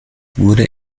wurde